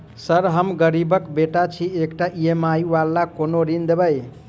Sir हम गरीबक बेटा छी एकटा ई.एम.आई वला कोनो ऋण देबै?